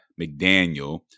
McDaniel